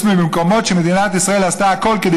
חוץ מאשר במקומות שמדינת ישראל עשתה הכול כדי